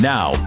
Now